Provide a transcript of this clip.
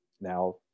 now